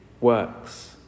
works